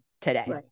today